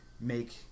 make